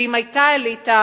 ואם היתה אליטה